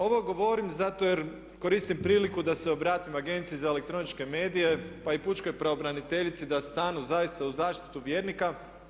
Ovo govorim zato jer koristim priliku da se obratim Agenciji za elektroničke medije pa i pučkoj pravobraniteljici da stanu zaista u zaštitu vjernika.